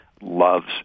loves